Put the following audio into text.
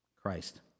Christ